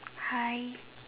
hi